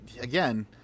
again